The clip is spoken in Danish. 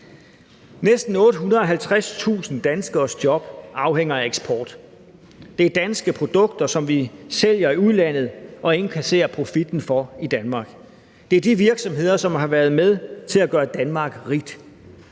Næsten 850.000 danskeres job afhænger af eksport; det er danske produkter, som vi sælger i udlandet og indkasserer profitten for i Danmark. Det er de virksomheder, som har været med til at gøre Danmark rigt.